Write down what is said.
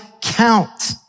count